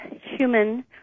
human